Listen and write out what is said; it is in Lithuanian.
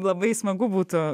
labai smagu būtų